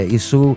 isso